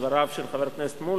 גברתי היושבת-ראש,